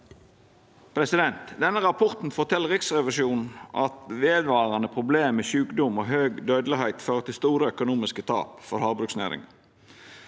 samarbeid. I denne rapporten fortel Riksrevisjonen at vedvarande problem med sjukdom og høg dødelegheit fører til store økonomiske tap for havbruksnæringa.